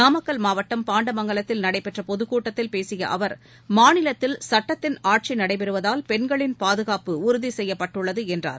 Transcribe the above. நாமக்கல் மாவட்டம் பாண்டமங்கலத்தில் நடைபெற்ற பொதுக்கூட்டத்தில் பேசிய அவர் மாநிலத்தில் சுட்டத்தின் ஆட்சி நடைபெறுவதால் பெண்களின் பாதுகாப்பு உறுதி செய்யப்பட்டுள்ளது என்றார்